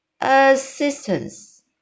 assistance